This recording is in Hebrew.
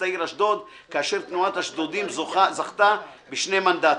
העיר אשדוד כאשר תנועת אשדודים זכתה בשני מנדטים.